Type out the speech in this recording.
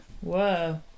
Whoa